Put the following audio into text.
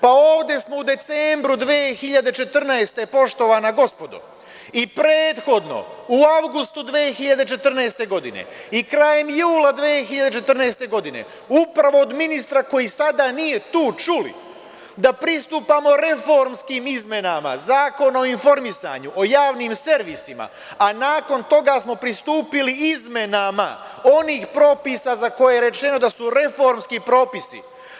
Pa, ovde smo u decembru 2014. godine, poštovana gospodo, i prethodno u avgustu 2014. godine, i krajem jula 2014. godine, upravo od ministra koji sada nije tu čuli da pristupamo reformskim izmenama Zakona o informisanju, o javnim servisima, a nakon toga smo pristupili izmenama onih propisa za koje je rečeno da su reformski propisi.